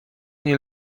nie